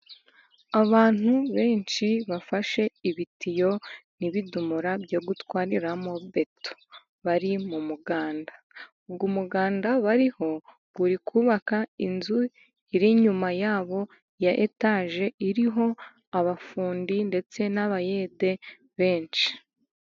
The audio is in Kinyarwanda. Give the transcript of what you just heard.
Abantu benshi bafashe ibitiyo n'ibidumoro byo gutwaramo beto, bari mu muganda. Uwo muganda bariho uri kubaka inzu iri inyuma yabo ya etaje, iriho abafundi ndetse n'abayede benshi.